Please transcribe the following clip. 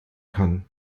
kann